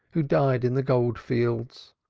who died in the gold-fields.